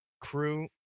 Crew